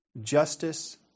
Justice